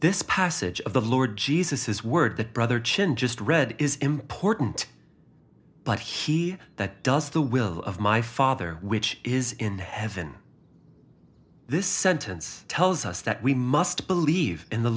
this passage of the lord jesus his word that brother chin just read is important but he that does the will of my father which is in heaven this sentence tells us that we must believe in the